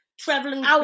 traveling